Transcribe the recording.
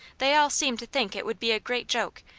they all seemed to think it would be a great joke,